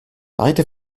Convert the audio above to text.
beide